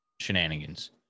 shenanigans